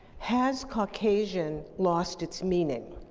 has caucasian lost its meaning?